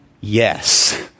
yes